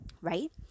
right